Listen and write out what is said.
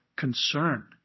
concern